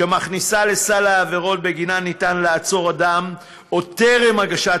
שמכניסה לסל העבירות שבגינן ניתן לעצור אדם עוד טרם הגשת